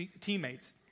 teammates